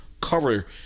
cover